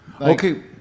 Okay